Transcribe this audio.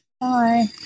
Bye